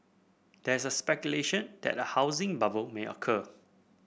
there is the speculation that a housing bubble may occur